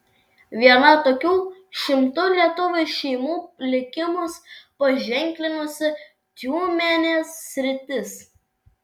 viena tokių šimtų lietuvių šeimų likimus paženklinusi tiumenės sritis